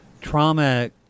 trauma